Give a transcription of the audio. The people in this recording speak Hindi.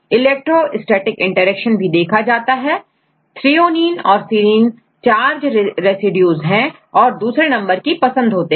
इलेक्ट्रोस्टेटिक इंटरेक्शन यह देखा गया हैthreonine और serine चार्ज रेसिड्यू है और दूसरे नंबर की पसंद होते हैं